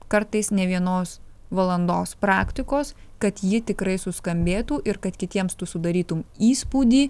kartais ne vienos valandos praktikos kad ji tikrai suskambėtų ir kad kitiems tu sudarytum įspūdį